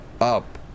up